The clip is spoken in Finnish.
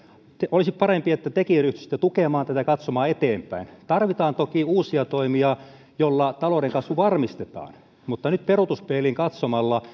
olisi parempi että tekin ryhtyisitte tukemaan tätä katsomaan eteenpäin tarvitaan toki uusia toimia joilla talouden kasvu varmistetaan mutta nyt peruutuspeiliin katsomalla